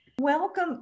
Welcome